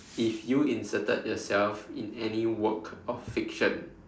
if you inserted yourself in any work of fiction